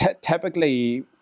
typically